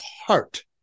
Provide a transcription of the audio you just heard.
heart